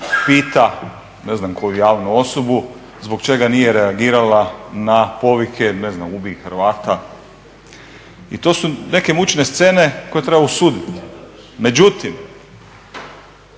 pita, ne znam koju javnu osobu, zbog čega nije reagirala na povike, ne znam, "ubij Hrvata" i to su neke mučne scene koje treba osuditi. Međutim,